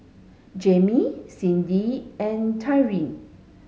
Jamie Cindy and Tyriq